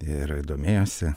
ir domėjosi